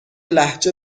لهجه